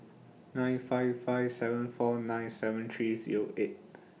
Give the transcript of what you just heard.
nine five five seven four nine seven three Zero eight